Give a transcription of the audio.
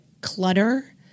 clutter